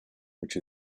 which